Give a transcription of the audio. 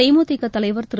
தேமுதிக தலைவர் திரு